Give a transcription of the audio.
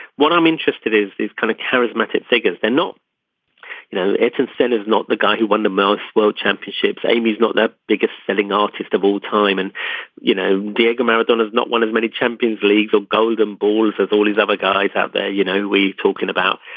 what i'm interested is these kind of charismatic figures. they're not you know it's instant is not the guy who won the most world championships. amy is not the biggest selling artist of all time and you know diego maradona is not one of many champions league or golden balls as all these other guys out there you know we talking about.